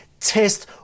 test